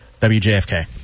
WJFK